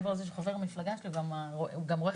מעבר לזה שהוא חבר מפלגה שלי הוא גם רואה חשבון,